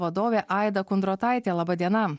vadovė aida kundrotaitė laba diena